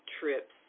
trips